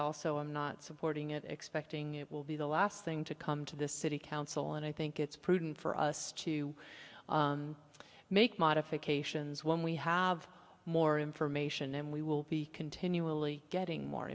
also am not supporting it expecting it will be the last thing to come to the city council and i think it's prudent for us to make modifications when we have more information and we will be continually getting more